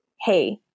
hey